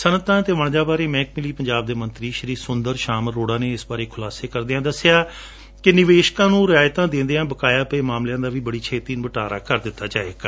ਸਨਅਤਾਂ ਅਤੇ ਵਣਜਾਂ ਬਾਰੇ ਮਹਿਕਮੇ ਲਈ ਪੰਜਾਬ ਦੇ ਮੰਤਰੀ ਸਲ੍ਰੀ ਸੁੰਦਰ ਸ਼ਾਮ ਅਰੋੜਾ ਨੇ ਇਸ ਬਾਰੇ ਖੁਲਾਸੇ ਕਰਦਿਆ ਦੱਸਿਆ ਕਿ ਨਿਵੇਸ਼ਕਾ ਨੂੰ ਰਿਵਾਇਤਾ ਦਿਦਿਆ ਬਕਾਇਆ ਪਏ ਮਾਮਲਿਆ ਦਾ ਵੀ ਬੜੀ ਛੇਤੀ ਨਿਪਟਾਰਾ ਕਰ ਲਿਆ ਜਾਵੇਗਾ